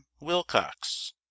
wilcox